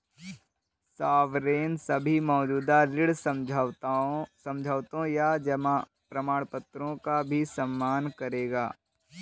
sovereign सभी मौजूदा ऋण समझौतों या जमा प्रमाणपत्रों का भी सम्मान करेगा